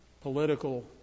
political